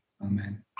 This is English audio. amen